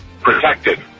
protected